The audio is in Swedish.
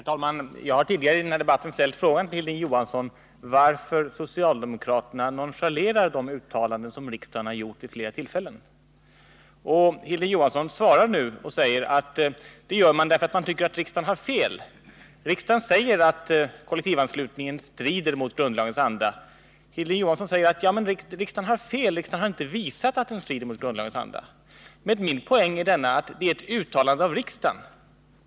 Herr talman! Jag har tidigare i den här debatten ställt frågan till Hilding Johansson varför socialdemokraterna nonchalerar uttalanden som riksdagen gjort vid flera tillfällen. Hilding Johansson svarar nu att det gör man därför att man tycker att riksdagen har fel. Riksdagen har uttalat att kollektivanslutningen strider mot grundlagens anda. Hilding Johansson säger att riksdagen har fel — riksdagen har inte visat att kollektivanslutningen strider mot grundlagens anda.